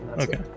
Okay